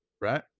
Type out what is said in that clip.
Right